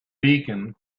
beacon